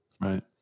right